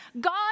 God